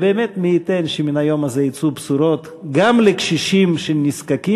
מי ייתן שמן היום הזה יצאו בשורות גם לקשישים שנזקקים,